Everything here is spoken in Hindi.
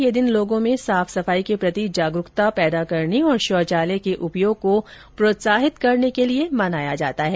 यह दिन लोगों में साफ सफाई के प्रति जागरूकता पैदा करने और शौचालय के उपयोग को प्रोत्साहित करने के लिए मनाया जाता है